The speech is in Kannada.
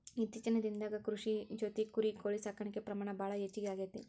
ಇತ್ತೇಚಿನ ದಿನದಾಗ ಕೃಷಿ ಜೊತಿ ಕುರಿ, ಕೋಳಿ ಸಾಕಾಣಿಕೆ ಪ್ರಮಾಣ ಭಾಳ ಹೆಚಗಿ ಆಗೆತಿ